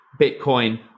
Bitcoin